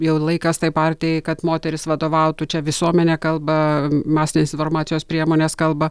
jau laikas tai partijai kad moteris vadovautų čia visuomenė kalba masinės informacijos priemonės kalba